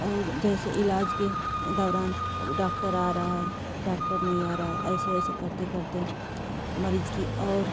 और जैसे इलाज के दौरान डाक्टर आ रहा है डाक्टर नहीं आ रहा है ऐसे ऐसे करते करते मरीज़ की और